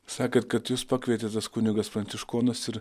sakėt kad jus pakvietė tas kunigas pranciškonas ir